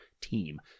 team